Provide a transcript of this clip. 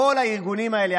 כל הארגונים האלה,